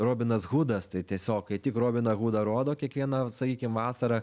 robinas hudas tai tiesiog kai tik robiną hudą rodo kiekvieną sakykim vasarą